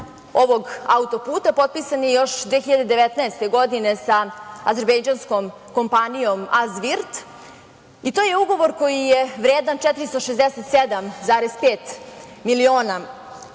ovog autoputa potpisan je još 2019. godine, sa azerbejdžanskom kompanijom „Azvirt“ i to je ugovor koji je vredan 467,5 miliona